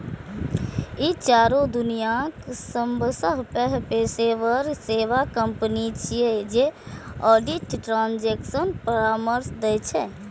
ई चारू दुनियाक सबसं पैघ पेशेवर सेवा कंपनी छियै जे ऑडिट, ट्रांजेक्शन परामर्श दै छै